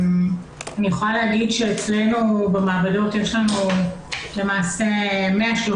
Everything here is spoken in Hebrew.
אני יכולה להגיד שאצלנו במעבדות יש 130 עובדים.